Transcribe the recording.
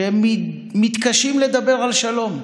שמתקשים לדבר על שלום,